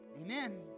Amen